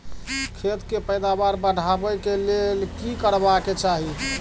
खेत के पैदावार बढाबै के लेल की करबा के चाही?